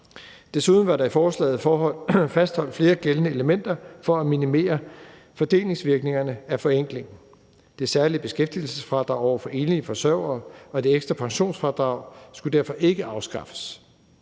Desuden var der i forslaget fastholdt flere gældende elementer for at minimere fordelingsvirkningerne af forenklingen. Det særlige beskæftigelsesfradrag for enlige forsørgere og det ekstra pensionsfradrag skulle derfor ikke afskaffes.